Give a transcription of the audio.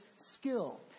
skill